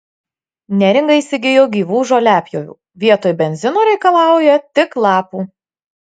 neringa įsigijo gyvų žoliapjovių vietoj benzino reikalauja tik lapų